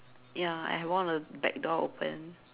ya I have one of the back door open